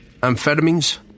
Amphetamines